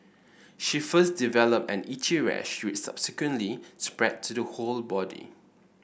she first developed an itchy rash which subsequently spread to the whole body